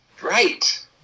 Right